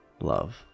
Love